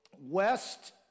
west